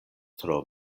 tro